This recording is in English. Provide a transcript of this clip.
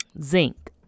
zinc